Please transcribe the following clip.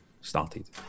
started